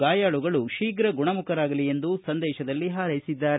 ಗಾಯಾಳುಗಳು ಶೀಘ ಗುಣಮುಖರಾಗಲಿ ಎಂದು ತಮ್ಮ ಸಂದೇಶದಲ್ಲಿ ಹಾರೈಸಿದ್ದಾರೆ